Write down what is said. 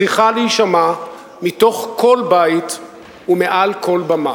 צריכה להישמע מתוך כל בית ומעל כל במה.